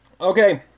Okay